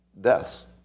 deaths